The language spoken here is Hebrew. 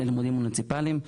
ללימודים מוניציפליים,